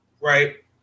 right